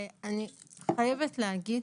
אני חייבת להגיד